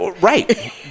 Right